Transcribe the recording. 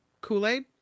Kool-Aid